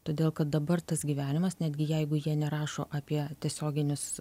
todėl kad dabar tas gyvenimas netgi jeigu jie nerašo apie tiesioginius